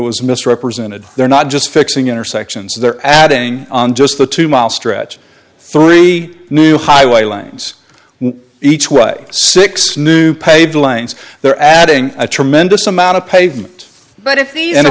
was misrepresented there not just fixing intersections there adding just the two mile stretch three new highway lanes with each way six new paved lanes there adding a tremendous amount of pavement but if the end